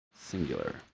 singular